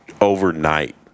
overnight